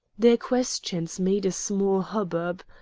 their questions made a small hubbub.